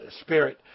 spirit